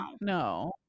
No